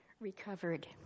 recovered